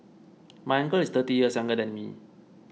my uncle is thirty years younger than me